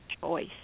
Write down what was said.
choice